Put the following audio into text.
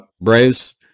Braves